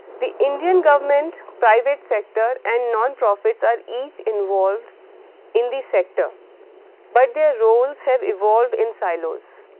the indian government private sector and non-profits are each involved in the sector but their roles have evolved in silos